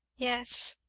yes,